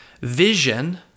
Vision